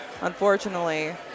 Unfortunately